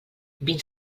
vint